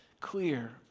clear